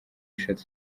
eshatu